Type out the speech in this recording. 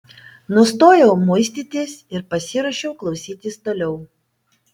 nustojau muistytis ir pasiruošiau klausytis toliau